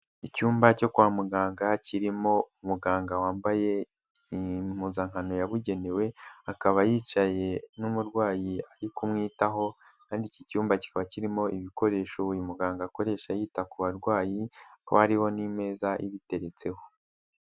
Icyumba cyo kwa muganga kirimo umuganga wambaye impuzankano yabugenewe, akaba yicaye n'umurwayi ari kumwitaho, kandi iki cyumba kikaba kirimo ibikoresho uyu muganga akoresha yita ku barwayi, akaba hariho n'imeza ibiteretseho.